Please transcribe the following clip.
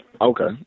Okay